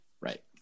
Right